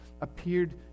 appeared